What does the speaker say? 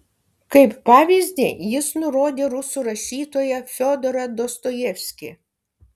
kaip pavyzdį jis nurodė rusų rašytoją fiodorą dostojevskį